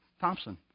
Thompson